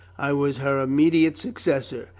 i was her immediate successor,